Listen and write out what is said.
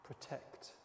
Protect